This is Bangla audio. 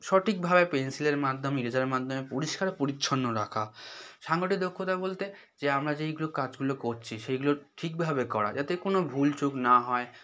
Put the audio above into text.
সঠিকভাবে পেনসিলের মাধ্যমে ইরেজারের মাধ্যমে পরিষ্কার পরিচ্ছন্ন রাখা সাংগঠনিক দক্ষতা বলতে যে আমরা যে এইগুলো কাজগুলো করছি সেইগুলোর ঠিকভাবে করা যাতে কোনও ভুল চুক না হয়